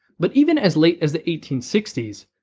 but even as late as the eighteen sixty s,